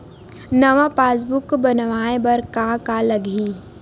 नवा पासबुक बनवाय बर का का लगही?